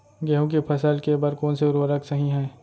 गेहूँ के फसल के बर कोन से उर्वरक सही है?